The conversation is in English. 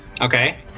Okay